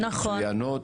מצויינות,